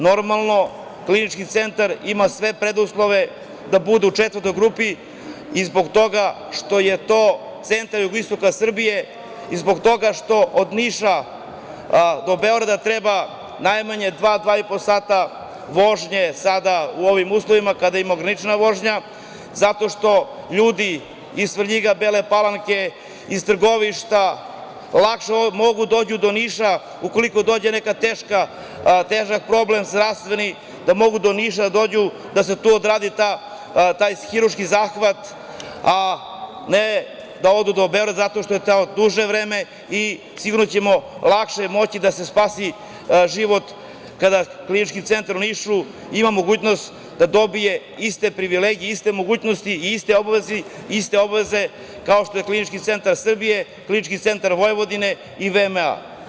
Normalno, Klinički centar ima sve preduslove da bude u četvrtoj grupi i zbog toga što je to centar jugoistoka Srbije i zbog toga što od Niša do Beograda treba najmanje dva, dva i po sata vožnje sada u ovim uslovima, kada je ograničena vožnja, zato što ljudi iz Svrljiga, Bele Palanke, iz Trgovišta, lakše mogu da dođu do Niša ukoliko dođe neki težak zdravstveni problem, da mogu do Niša da dođu, da se tu odrati taj hirurški zahvat, a ne da odu do Beograda, zato što je do tamo duže vreme i sigurno će lakše moći da se spasi život kada Klinički centar u Nišu ima mogućnost da dobije iste privilegije, iste mogućnosti i iste obaveze kao što je Klinički centar Srbije, Klinički centar Vojvodine i VMA.